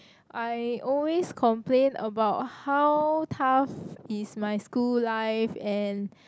I always I complain about how tough is my school life and